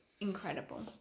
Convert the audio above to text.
incredible